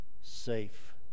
safe